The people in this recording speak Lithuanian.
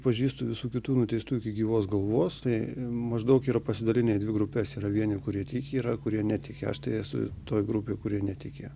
pažįstu visų kitų nuteistųjų iki gyvos galvos tai maždaug yra pasidalinę į dvi grupes yra vieni kurie tiki yra kurie netiki aš tai esu toj grupėj kurie netiki